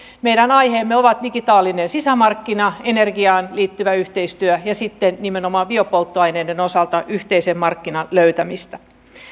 meidän aiheinamme ovat digitaalinen sisämarkkina energiaan liittyvä yhteistyö ja sitten nimenomaan biopolttoaineiden osalta yhteisen markkinan löytäminen